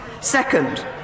Second